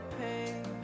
pain